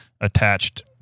attached